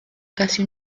casi